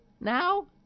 now